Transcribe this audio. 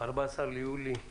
היום ה-14 ביולי 2020,